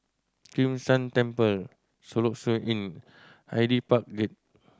Kim San Temple Soluxe Inn Hyde Park Gate